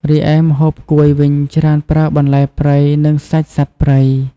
រីឯម្ហូបកួយវិញច្រើនប្រើបន្លែព្រៃ និងសាច់សត្វព្រៃ។